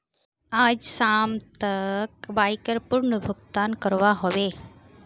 आइज शाम तक बाइकर पूर्ण भुक्तान करवा ह बे